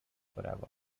forever